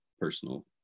personal